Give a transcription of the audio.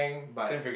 but